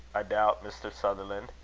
i doubt, mr. sutherlan'.